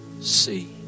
see